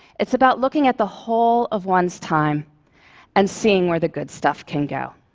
it's about looking at the whole of one's time and seeing where the good stuff can go.